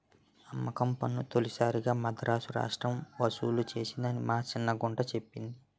అమ్మకం పన్ను తొలిసారిగా మదరాసు రాష్ట్రం ఒసూలు సేసిందని మా సిన్న గుంట సెప్పింది